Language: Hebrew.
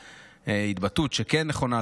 ההתבטאות כן נכונה,